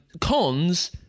Cons